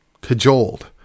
cajoled